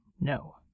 no